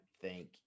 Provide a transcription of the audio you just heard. thank